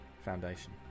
Foundation